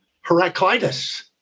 Heraclitus